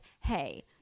hey